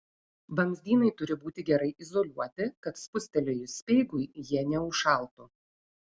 vamzdynai turi būti gerai izoliuoti kad spustelėjus speigui jie neužšaltų